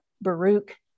Baruch